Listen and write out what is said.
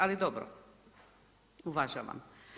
Ali dobro, uvažavam.